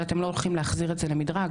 אבל אתם לא הולכים להחזיר את זה למדרג.